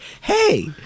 hey